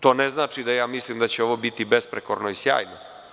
To ne znači da mislim da će ovo biti besprekorno i sjajno.